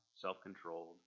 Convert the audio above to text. self-controlled